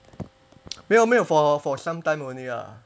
没有没有 for for some time only ah